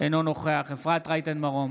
אינו נוכח אפרת רייטן מרום,